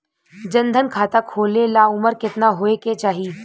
जन धन खाता खोले ला उमर केतना होए के चाही?